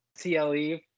CLE